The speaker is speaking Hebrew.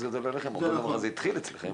זה התחיל אצלכם.